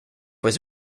was